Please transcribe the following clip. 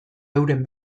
euren